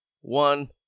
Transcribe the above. one